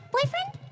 Boyfriend